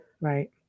right